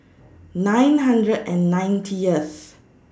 nine hundred and ninetieth